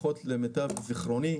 למיטב זכרוני,